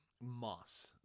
moss